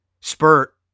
spurt